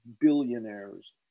billionaires